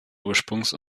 ursprungs